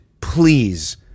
please